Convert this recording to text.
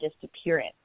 disappearance